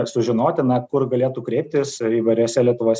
sužinoti na kur galėtų kreiptis įvairiuose lietuvos